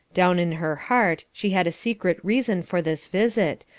down in her heart she had a secret reason for this visit,